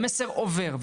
המסר עובר.